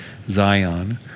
Zion